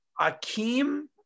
Akeem